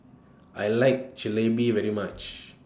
I like Jalebi very much